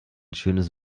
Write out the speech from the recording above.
schönes